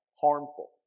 harmful